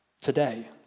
today